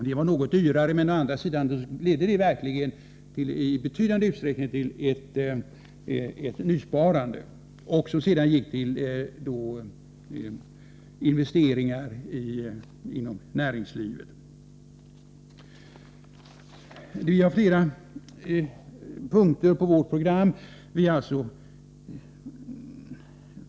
Det var ju något dyrare men ledde å andra sidan verkligen i betydande utsträckning till ett nysparande, som sedan gick till investeringar inom näringslivet. Vi har flera punkter på vårt program.